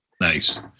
Nice